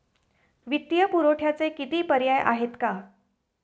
वित्तीय पुरवठ्याचे किती पर्याय आहेत का?